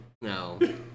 No